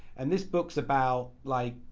and this book's about like,